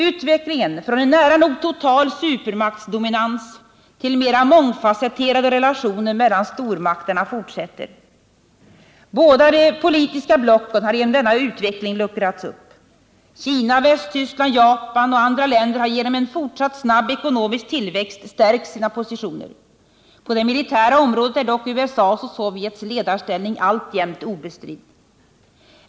Utvecklingen från en nära nog total supermaktsdominans till mera mångfasetterade relationer mellan stormakterna fortsätter. Båda de politiska blocken har genom denna utveckling luckrats upp. Kina, Västtyskland, Japan och andra länder har genom en fortsatt snabb ekonomisk tillväxt stärkt sina positioner. På det militära området är dock USA:s och Sovjets ledarställning alltjämt obestridd.